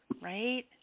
right